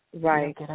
Right